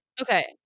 okay